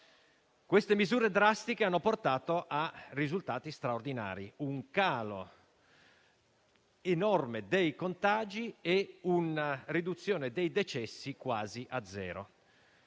Tali misure hanno portato a risultati straordinari: un calo enorme dei contagi e una riduzione dei decessi quasi a zero.